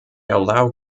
allow